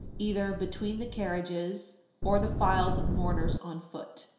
either between the carriages or the files of mourners on foot.